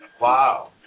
Wow